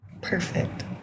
Perfect